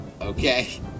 Okay